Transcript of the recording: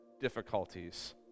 difficulties